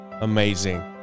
Amazing